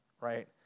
right